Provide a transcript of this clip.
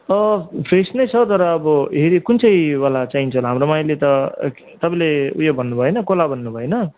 fresh नै छ तर अब हेरी कुन चाहिँवाला चाहिन्छ होला हाम्रोमा अहिले त तपाईँले उयो भन्नुभयो होइन कोला भन्नुभयो होइन